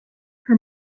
her